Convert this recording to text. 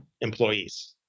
employees